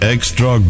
Extra